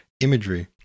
imagery